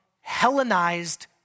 Hellenized